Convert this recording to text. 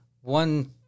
one